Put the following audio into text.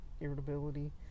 irritability